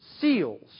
seals